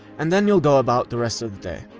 and then you'll go about the rest of the day.